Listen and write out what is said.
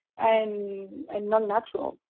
and and not natural,